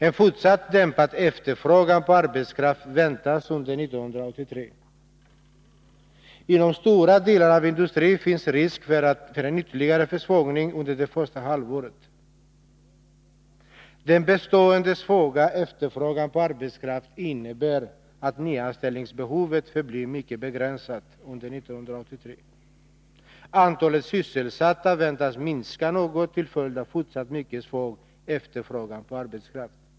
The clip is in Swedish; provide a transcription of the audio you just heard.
En fortsatt dämpad efterfrågan på arbetskraft väntas under 1983. Inom stora delar av industrin finns risk för en ytterligare försvagning under det första halvåret. Den bestående svaga efterfrågan på arbetskraft innebär att nyanställningsbehovet förblir mycket begränsat under 1983. Antalet sysselsatta väntas minska något till följd av fortsatt mycket svag efterfrågan på arbetskraft.